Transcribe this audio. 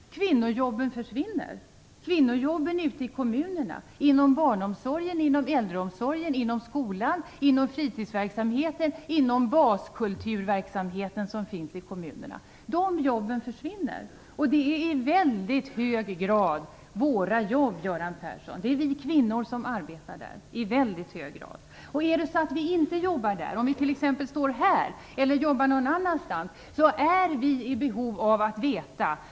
Jo, kvinnojobben ute i kommunerna - inom barnomsorgen, äldreomsorgen, skolan, fritidsverksamheten och baskulturverksamheten - försvinner. Det är i mycket hög grad våra jobb, Det är vi kvinnor som arbetar där i mycket stor utsträckning. Om vi inte jobbar där utan t.ex. står här eller jobbar någon annanstans är vi i behov av att veta att våra ungar har det bra.